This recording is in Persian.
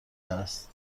است